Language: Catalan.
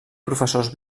professors